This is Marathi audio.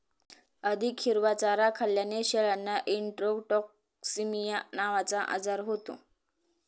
अधिक हिरवा चारा खाल्ल्याने शेळ्यांना इंट्रोटॉक्सिमिया नावाचा आजार होतो